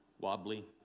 wobbly